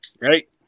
right